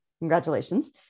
congratulations